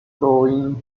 going